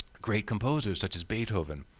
great composers, such as beethoven,